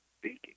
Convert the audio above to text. speaking